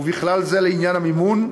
ובכלל זה לעניין המימון,